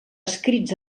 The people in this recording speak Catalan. escrits